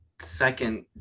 Second